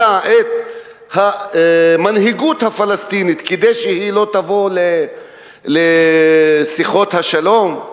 את המנהיגות הפלסטינית כדי שהיא לא תבוא לשיחות השלום?